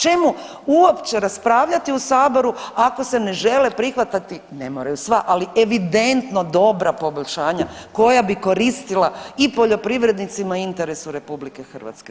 Čemu uopće raspravljati u saboru ako se ne želi prihvatiti, ne moraju sva, ali evidentno dobra poboljšanja koja bi koristila i poljoprivrednicima i interesu RH?